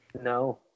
No